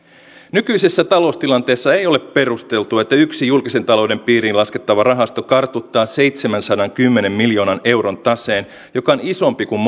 nykyisessä taloustilanteessa ei ole perusteltua että yksi julkisen talouden piiriin laskettava rahasto kartuttaa seitsemänsadankymmenen miljoonan euron taseen joka on isompi kuin